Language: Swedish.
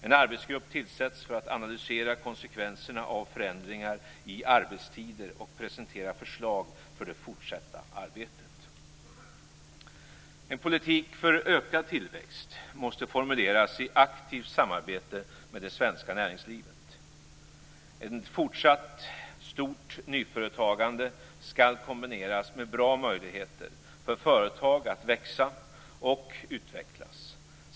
En arbetsgrupp tillsätts för att analysera konsekvenserna av förändringar i arbetstider och presentera förslag för det fortsatta arbetet. En politik för ökad tillväxt måste formuleras i aktivt samarbete med det svenska näringslivet. Ett fortsatt stort nyföretagande skall kombineras med bra möjligheter för företag att växa och utvecklas.